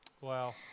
Wow